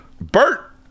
Bert